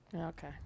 Okay